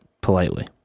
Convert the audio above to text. politely